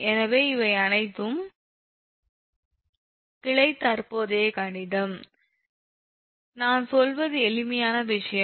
எனவே இவை அனைத்தும் கிளை தற்போதைய கணிதம் நான் சொல்வது எளிமையான விஷயம்